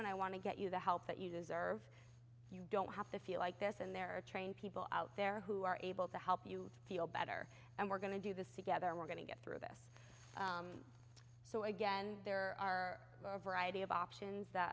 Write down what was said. and i want to get you the help that you deserve you don't have to feel like this and there are trained people out there who are able to help you feel better and we're going to do this together we're going to get through this so again there are a variety of options that